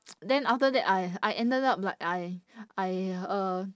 then after that I I ended up like I I uh